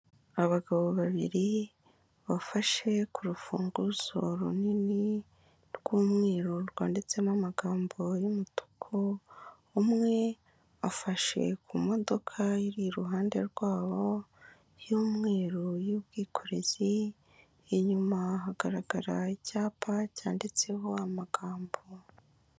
Abagabo babiri bafashe ku rufunguzo runini rw'umweru rwanditsemo amagambo y'umutuku, umwe afashe ku modoka iri iruhande rwabo y'umweru y'ubwikorezi, inyuma hagaragara icyapa cyanditseho amagambo.